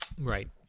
Right